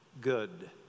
good